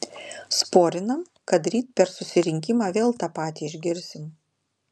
sporinam kad ryt per susirinkimą vėl tą patį išgirsim